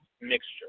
Mixture